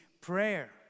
prayer